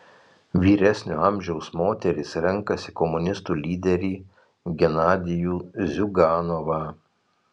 vyresnio amžiaus moterys renkasi komunistų lyderį genadijų ziuganovą